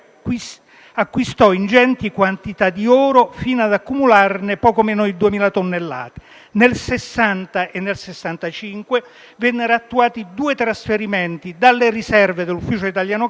acquistò ingenti quantità di oro fino ad accumularne poco meno di 2.000 tonnellate. Nel 1960 e nel 1965 vennero attuati due trasferimenti dalle riserve dell'Ufficio italiano cambi